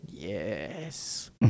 Yes